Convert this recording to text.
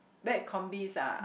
bad combis ah